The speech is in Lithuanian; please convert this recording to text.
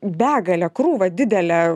begalę krūvą didelę